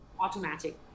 automatic